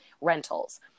rentals